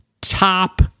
top